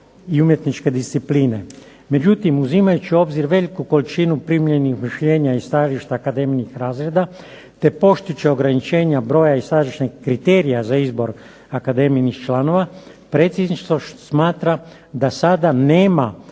i umjetničke discipline. Međutim, uzimajući u obzir veliku količinu primljenih mišljenja i stajališta akademinih razreda, te poštujući ograničenja broja i sadašnjih kriterija za izbor akademinih članova Predsjedništvo smatra da sada nema